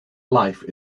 life